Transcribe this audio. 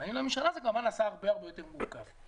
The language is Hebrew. כשבאים לממשלה זה כבר נעשה הרבה יותר מורכב.